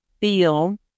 feel